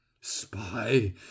spy